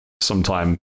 sometime